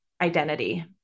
identity